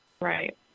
Right